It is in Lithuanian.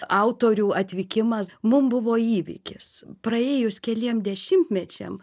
autorių atvykimas mum buvo įvykis praėjus keliem dešimtmečiam